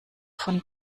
von